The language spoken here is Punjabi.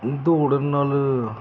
ਦੌੜਨ ਨਾਲ